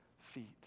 feet